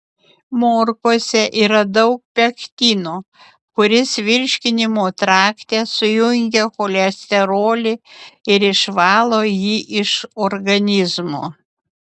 morkose yra daug pektino kuris virškinimo trakte sujungia cholesterolį ir išvalo jį iš organizmo